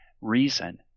reason